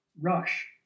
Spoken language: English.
Rush